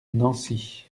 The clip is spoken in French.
nancy